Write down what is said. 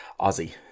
Aussie